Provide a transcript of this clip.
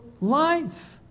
life